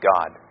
God